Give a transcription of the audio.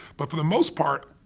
but for the most part,